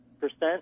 percent